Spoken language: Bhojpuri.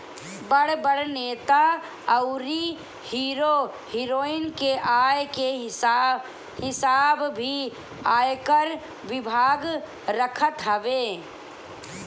बड़ बड़ नेता अउरी हीरो हिरोइन के आय के हिसाब भी आयकर विभाग रखत हवे